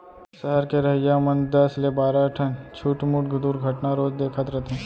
सहर के रहइया मन दस ले बारा ठन छुटमुट दुरघटना रोज देखत रथें